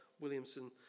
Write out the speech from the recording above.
Williamson